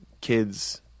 kids